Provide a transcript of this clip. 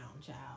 child